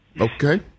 Okay